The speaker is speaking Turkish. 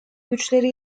güçleri